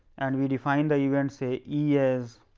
and we define the events say e as